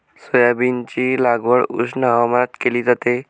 सोयाबीनची लागवड उष्ण हवामानात केली जाते